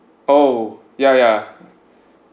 oh yeah yeah